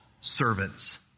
servants